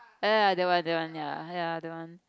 ya that one that one ya ya that one